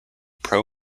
pro